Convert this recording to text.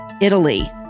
italy